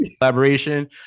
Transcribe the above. collaboration